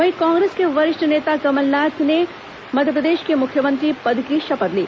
वहीं कांग्रेस के वरिष्ठ नेता कमलनाथ ने मध्यप्रदेश के मुख्यमंत्री पद की शपथ ली